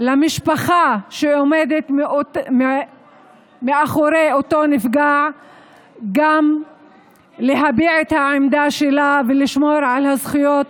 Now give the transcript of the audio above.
למשפחה שעומדת מאחורי אותו נפגע להביע את העמדה שלה ולשמור על הזכויות